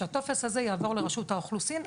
שהטופס הזה יעבור לרשות האוכלוסין,